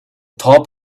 top